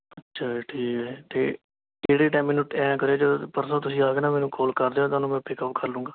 ਚਲੋ ਠੀਕ ਹੈ ਜੀ ਅਤੇ ਕਿਹੜੇ ਟਾਈਮ ਮੈਨੂੰ ਐਂ ਕਰਿਓ ਜਦੋਂ ਪਰਸੋਂ ਤੁਸੀਂ ਆ ਗਏ ਨਾ ਮੈਨੂੰ ਕੋਲ ਕਰ ਲਿਓ ਤੁਹਾਨੂੰ ਮੈਂ ਪਿੱਕ ਅੱਪ ਕਰਲੂਂਗਾ